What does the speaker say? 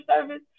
service